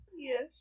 Yes